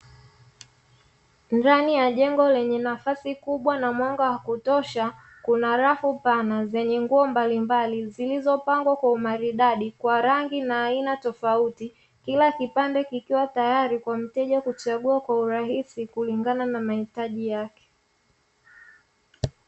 Ndani ya jengo lenye nafasi kubwa na mwanga wa kutosha, kuna rafu pana zenye nguo mbalimbali, zilizopangwa kwa umaridadi, kwa rangi na aina tofauti. Kila kipande kikiwa tayari kwa mteja kuchagua kwa urahisi kulingana na mahitaji yake.